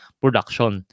production